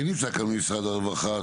מי נמצא כאן ממשרד הרווחה?